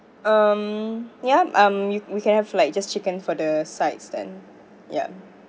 um yup um we we can have like just chicken for the sides then yup